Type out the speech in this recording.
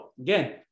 Again